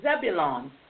Zebulon